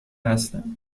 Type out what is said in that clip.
هستم